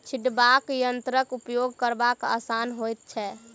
छिटबाक यंत्रक उपयोग करब आसान होइत छै